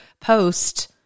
post